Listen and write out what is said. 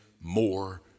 more